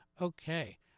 Okay